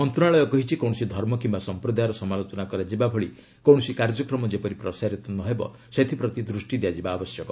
ମନ୍ତ୍ରଣାଳୟ କହିଛି କୌଣସି ଧର୍ମ କିୟା ସମ୍ପ୍ରଦାୟର ସମାଲୋଚନା କରାଯିବା ଭଳି କୌଣସି କାର୍ଯ୍ୟକ୍ରମ ଯେପରି ପ୍ରସାରିତ ନ ହେବ ସେଥିପ୍ରତି ଦୃଷ୍ଟି ଦିଆଯିବା ଆବଶ୍ୟକ